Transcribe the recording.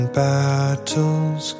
battles